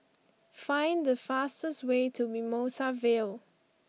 find the fastest way to Mimosa Vale